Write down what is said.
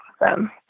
Awesome